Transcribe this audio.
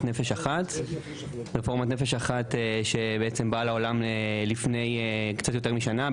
"נפש אחת" שבאה לעולם לפני קצת יותר משנה,